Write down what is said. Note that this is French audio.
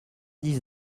dix